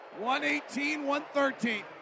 118-113